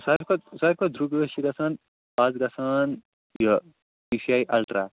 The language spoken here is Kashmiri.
ساروی کھۄتہٕ سارِوی کھۄتہٕ درٛوٚگ ہیوٗ حظ چھِ گژھان آز گژھان یہِ ٹی سی آی الٹرٛا